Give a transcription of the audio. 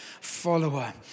follower